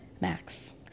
Max